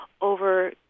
over